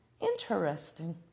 Interesting